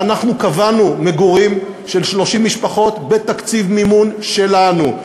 ואנחנו קבענו מגורים של 30 משפחות בתקציב מימון שלנו,